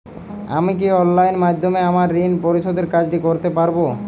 আমি কি অনলাইন মাধ্যমে আমার ঋণ পরিশোধের কাজটি করতে পারব?